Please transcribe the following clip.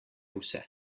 vse